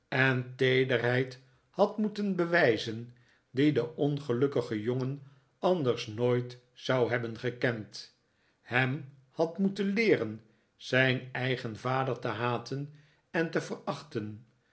en teederheid had moeten bewijzen die de ongelukkige jongen anders nooit zou hebben gekend hem had moeten leeren zijn eigen vader te haten en te verachten